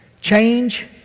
Change